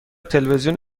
تلویزیون